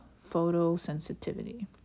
photosensitivity